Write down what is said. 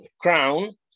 crown